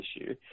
issue